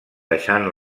deixant